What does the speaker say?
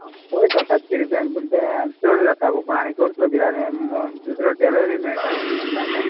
पयता सातशीं रुपयान पूण तें चड जाता गो पूण आनी करतलो किद्याक आनी दुसरो टेलरूय मेळचोना न्ही म्हाका आतां